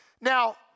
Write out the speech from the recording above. Now